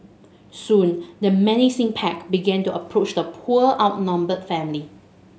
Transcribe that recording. soon the menacing pack began to approach the poor outnumbered family